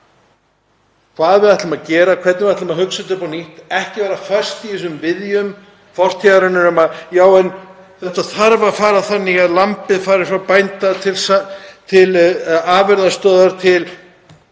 hvað við ætlum að gera, hvernig við ætlum að hugsa þetta upp á nýtt, og ekki vera föst í viðjum fortíðarinnar og segja: Já, en þetta þarf að vera þannig að lambið fari frá bónda til afurðastöðvar, til